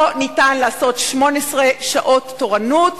לא ניתן לעשות 18 שעות תורנות